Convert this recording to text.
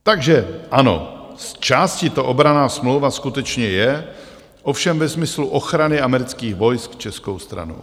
Takže ano, zčásti to obranná smlouva skutečně je, ovšem ve smyslu ochrany amerických vojsk českou stranou.